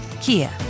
Kia